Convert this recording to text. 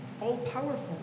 all-powerful